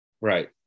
Right